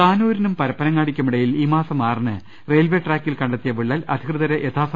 താനൂരിനും പരിപ്പനങ്ങാടിക്കുമിടയിൽ ഈ മാസം ആറിന് റെയിൽവെ ട്രാക്കിൽ കണ്ടെത്തിയ വിള്ളൽ അധികൃതരെ യഥാസ